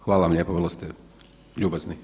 Hvala vam lijepo, vrlo ste ljubazni.